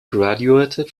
graduated